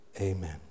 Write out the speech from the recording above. Amen